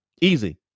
Easy